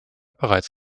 bereits